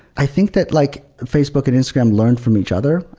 i think that like facebook and instagram learned from each other,